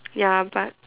ya but